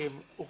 כי הם הוחרגו,